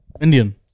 Indian